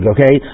Okay